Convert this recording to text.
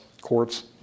courts